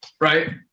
right